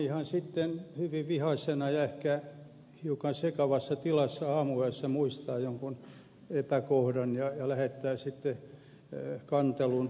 monihan sitten hyvin vihaisena ja ehkä hiukan sekavassa tilassa aamuyöllä muistaa jonkun epäkohdan ja lähettää sitten kantelun